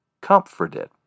comforted